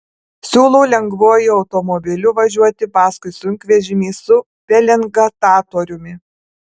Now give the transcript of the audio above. siūlau lengvuoju automobiliu važiuoti paskui sunkvežimį su pelengatoriumi